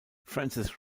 francis